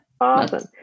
awesome